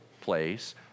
place